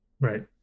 right